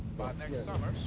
next summer,